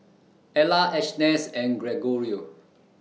Ela Agness and Gregorio